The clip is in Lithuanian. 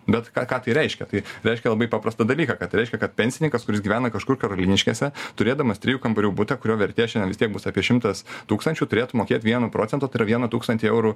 bet ką ką tai reiškia tai reiškia labai paprastą dalyką kad reiškia kad pensininkas kuris gyvena kažkur karoliniškėse turėdamas trijų kambarių butą kurio vertė šiandien vis tiek bus apie šimtas tūkstančių turėtų mokėt vieno procento tai yra vieną tūkstantį eurų